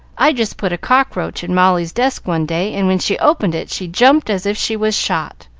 i just put a cockroach in molly's desk one day, and when she opened it she jumped as if she was shot.